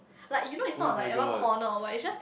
like you know is not like a one corner or what is just